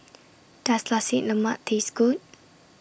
Does Nasi Lemak Taste Good